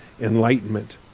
Enlightenment